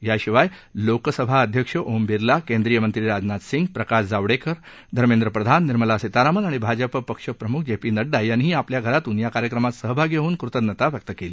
याशिवाय लोकसभा अध्यक्ष ओम बिर्ला केंद्रीय मंत्री राजनाथ सिंह प्रकाश जावडेकर धर्मेंद्र प्रधान निर्मला सीतारामन आणि भाजप पक्षप्रमुख जे पी नड्डा यांनीही आपल्या घरातून या कार्यक्रमात सहभागी होऊन कृतज्ञता व्यक्त केली